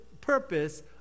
purpose